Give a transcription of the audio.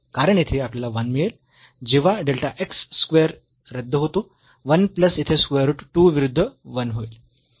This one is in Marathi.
कारण येथे आपल्याला 1 मिळेल जेव्हा डेल्टा x स्क्वेअर रद्द होतो 1 प्लस येथे स्क्वेअर रूट 2 विरुद्ध 1 येईल